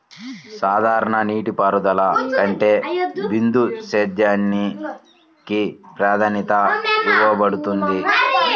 సాధారణ నీటిపారుదల కంటే బిందు సేద్యానికి ప్రాధాన్యత ఇవ్వబడుతుంది